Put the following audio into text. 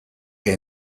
que